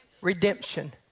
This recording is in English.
Redemption